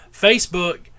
Facebook